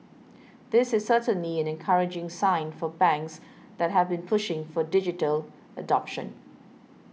this is certainly an encouraging sign for banks that have been pushing for digital adoption